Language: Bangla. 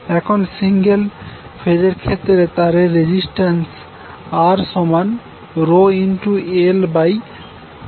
এখন সিঙ্গেল ফেজের ক্ষেত্রে তারের রেজিস্ট্যান্স হল Rρlr2